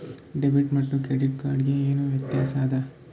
Debit ಮತ್ತ credit card ಗೆ ಏನ ವ್ಯತ್ಯಾಸ ಆದ?